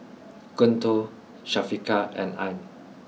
Guntur Syafiqah and Ain